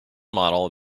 model